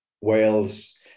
Wales